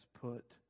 put